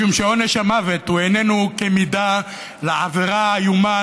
משום שעונש המוות הוא איננו כמידה לעבירה האיומה,